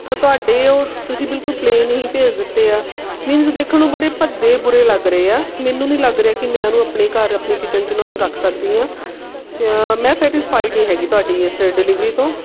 ਤਾਂ ਤੁਹਾਡੇ ਉਹ ਤੁਸੀਂ ਬਿਲਕੁਲ ਪਲੇਨ ਹੀ ਭੇਜ ਦਿੱਤੇ ਆ ਮੀਨਸ ਦੇਖਣ ਨੂੰ ਬੜੇ ਭੱਦੇ ਬੁਰੇ ਲੱਗ ਰਹੇ ਆ ਮੈਨੂੰ ਨਹੀਂ ਲੱਗ ਰਿਹਾ ਕਿ ਮੈਂ ਉਹਨੂੰ ਆਪਣੇ ਘਰ ਆਪਣੀ ਕਿਚਨ 'ਚ ਉਹਨਾਂ ਨੂੰ ਰੱਖ ਸਕਦੀ ਹਾਂ ਮੈਂ ਸੈਟਿਸਫਾਈਡ ਨਹੀਂ ਹੈਗੀ ਤੁਹਾਡੀ ਇਸ ਡਿਲੀਵਰੀ ਤੋਂ